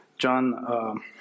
John